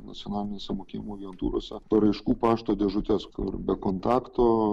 nacionalinėse mokėjimo agentūrose paraiškų pašto dėžutes kur be kontakto